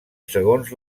segons